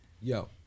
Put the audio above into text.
yo